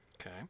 Okay